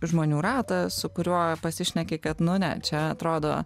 žmonių ratą su kuriuo pasišneki kad nu ne čia atrodo